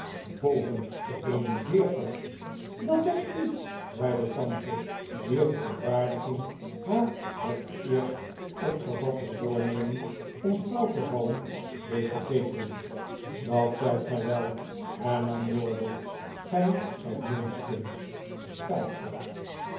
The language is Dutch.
boven de een en veertig dat ben ik niet zei de tante wier verontwaardiging haar het eerst opgevatte voornemen om flauw te vallen deed vergeten dat zijt gij wel hernam wardle r gij zijt minstens vijftigl